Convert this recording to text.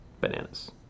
bananas